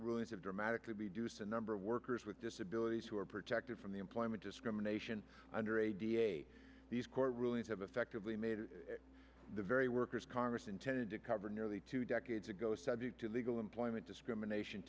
rulings have dramatically reduced the number of workers with disabilities who are protected from the employment discrimination under a da these court rulings have effectively made the very workers congress intended to cover nearly two decades ago subject to legal employment discrimination